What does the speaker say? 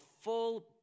full